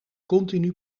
continu